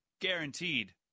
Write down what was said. Guaranteed